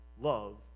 love